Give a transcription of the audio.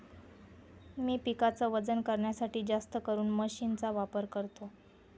मी पिकाच वजन करण्यासाठी जास्तकरून मशीन चा वापर करतो